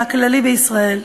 הכללי, בישראל.